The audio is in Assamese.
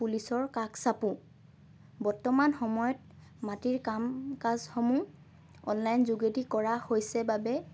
পুলিচৰ কাষ চাপোঁ বৰ্তমান সময়ত মাটিৰ কাম কাজসমূহ অনলাইন যোগেদি কৰা হৈছে বাবে